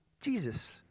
Jesus